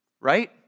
Right